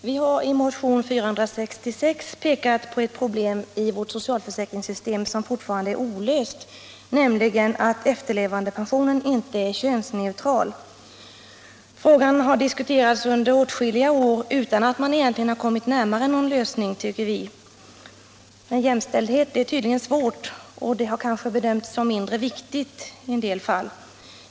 Herr talman! I motion 466 har jag tillsammans med några partikamrater pekat på ett problem i vårt socialförsäkringssystem som fortfarande är olöst, nämligen att efterlevandepensionen inte är könsneutral. Frågan har diskuterats under åtskilliga år utan att man egentligen har kommit närmare någon lösning, tycker vi. Jämställdhet är tydligen svårt och har kanske bedömts som mindre viktig i en del fall.